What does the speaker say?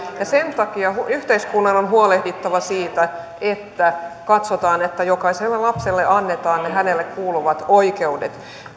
ja sen takia yhteiskunnan on huolehdittava siitä että katsotaan että jokaiselle lapselle annetaan ne ne hänelle kuuluvat oikeudet